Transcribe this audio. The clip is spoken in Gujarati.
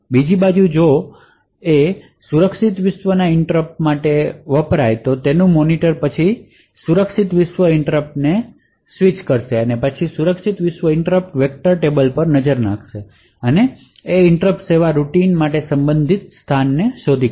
બીજી બાજુ જો ઇનટ્રપટએ સુરક્ષિત વિશ્વમાં ઇનટ્રપટ થાય તો મોનિટરપછી સલામત વિશ્વ ઇનટ્રપટને ચેનલ કરશે જે પછી સુરક્ષિત વિશ્વ ઇનટ્રપટ વેક્ટર ટેબલ પર નજર નાખશે અને તે ઇનટ્રપટ સેવા રૂટીન માટે સંબંધિત સ્થાનને ઓળખશે